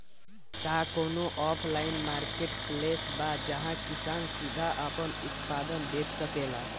का कोनो online marketplace बा जहां किसान सीधे अपन उत्पाद बेच सकता?